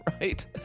Right